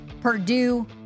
Purdue